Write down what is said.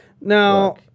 Now